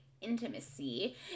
intimacy